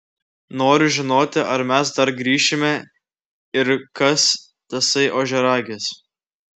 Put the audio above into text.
noriu žinoti ar mes dar grįšime ir kas tasai ožiaragis